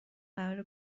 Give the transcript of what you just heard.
قرار